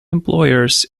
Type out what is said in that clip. employers